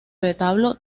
retablo